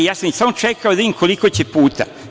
Ja sam samo čekao da vidim koliko će puta.